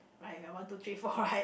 like there are one two three four right